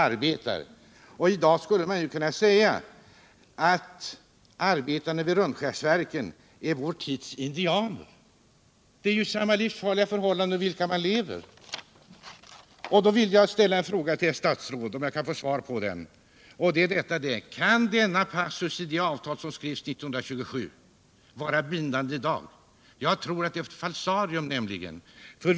I dag skulle man kunna säga att arbetarna vid Rönnskärsverken är vår tids indianer. De lever under samma livsfarliga förhållanden. Jag vill då ställa en fråga till herr statsrådet, om jag kan få svar på den. Kan denna passus i det avtal som skrevs 1927 vara bindande i dag? Jag tror nämligen att det är ett falsarium.